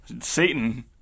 Satan